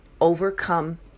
overcome